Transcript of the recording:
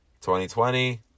2020